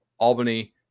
Albany